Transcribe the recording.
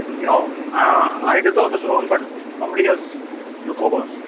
you know, i deserve the throne but somebody else took over.